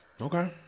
Okay